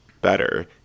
better